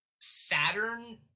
Saturn